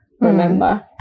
remember